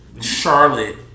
Charlotte